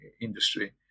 industry